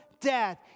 death